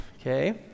okay